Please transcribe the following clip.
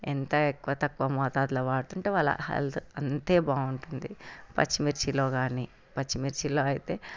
ఎంత ఎక్కువ తక్కువ మోతాదుల వాడుతుంటే వాళ్ళ హెల్త్ అంతే బాగుంటుంది పచ్చిమిర్చిలో కానీ పచ్చిమిర్చిలో అయితే